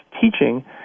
teaching